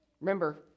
Remember